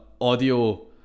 audio